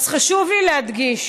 אז חשוב לי להדגיש